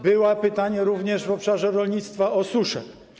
Było pytanie również w obszarze rolnictwa o susze.